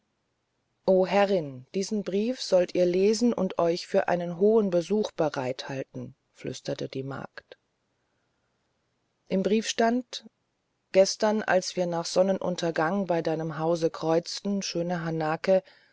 o herrin diesen brief sollt ihr lesen und euch für einen hohen besuch bereit halten flüsterte die magd im brief stand gestern als wir nach sonnenuntergang bei deinem hause kreuzten schöne hanake